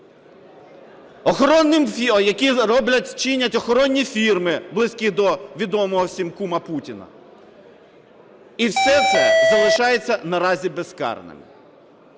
діяльності, які роблять, чинять охоронні фірми, близькі до відомого всім кума Путіна. І все це залишається наразі безкарним.